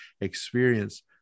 experience